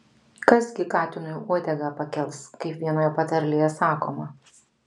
kas gi katinui uodegą pakels kaip vienoje patarlėje sakoma